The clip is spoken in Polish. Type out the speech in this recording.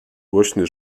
głośny